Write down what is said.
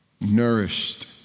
nourished